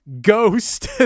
ghost